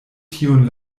tiun